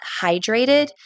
hydrated